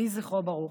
יהי זכרו ברוך.